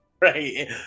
Right